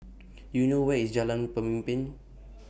Do YOU know Where IS Jalan Pemimpin